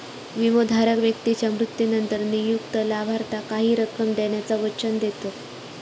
विमोधारक व्यक्तीच्या मृत्यूनंतर नियुक्त लाभार्थाक काही रक्कम देण्याचा वचन देतत